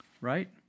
right